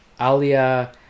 alia